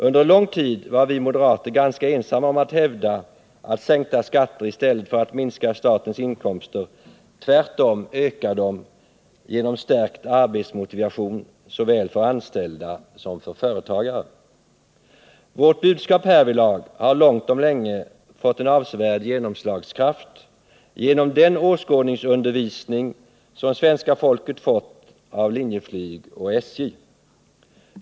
Under en lång tid var vi moderater ganska ensamma om att hävda att sänkta skatter, i stället för att minska statens inkomster tvärtom ökar dem genom stärkt arbetsmotivation såväl för anställda som för företagare. Vårt budskap härvidlag har långt om länge fått en avsevärd genomslagskraft genom den åskådningsundervisning som svenska folket fått av Linjeflyg och SJ.